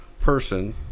person